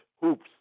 hoops